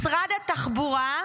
משרד התחבורה,